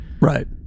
Right